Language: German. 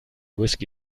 whisky